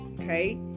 okay